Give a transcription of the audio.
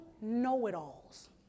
know-it-alls